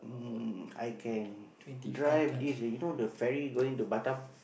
mm I can drive this you know the ferry going to Batam